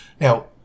Now